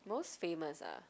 most famous ah